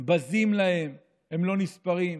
בזים להם, הם לא נספרים.